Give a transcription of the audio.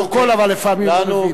הפרוטוקול, אבל, לפעמים לא מבין.